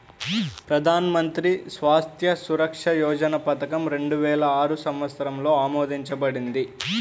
ప్రధాన్ మంత్రి స్వాస్థ్య సురక్ష యోజన పథకం రెండు వేల ఆరు సంవత్సరంలో ఆమోదించబడింది